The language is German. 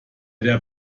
der